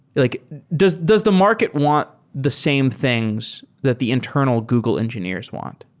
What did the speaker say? like does does the market want the same things that the internal google engineers want?